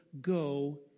Go